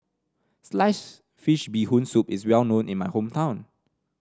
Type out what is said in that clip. slice fish Bee Hoon Soup is well known in my hometown